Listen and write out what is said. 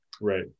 Right